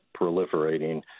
proliferating